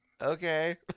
okay